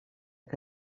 que